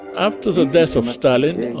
after the death of stalin, and